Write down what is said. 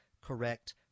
correct